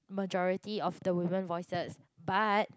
majority of the women voices but